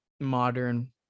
modern